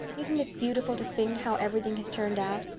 isn't it beautiful to think how everything has turned out.